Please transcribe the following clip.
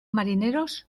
marineros